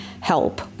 help